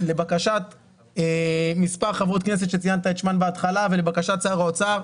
לבקשת מספר חברות כנסת שציינת את שמן קודם לכן ולבקשת שר האוצר,